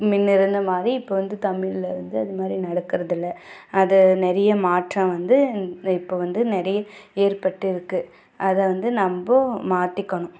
முன்ன இருந்த மாதிரி இப்போ வந்து தமிழில் வந்து அது மாதிரி நடக்கிறது இல்லை அது நிறைய மாற்றம் வந்து இப்போ வந்து நிறைய ஏற்பட்டு இருக்குது அதை வந்து நம்ம மாற்றிக்கணும்